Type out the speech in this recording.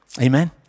Amen